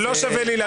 לא שווה לי לריב.